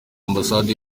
ambasade